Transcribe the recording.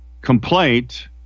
complaint